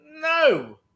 no